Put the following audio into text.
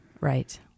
Right